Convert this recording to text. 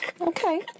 Okay